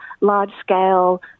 large-scale